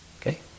okay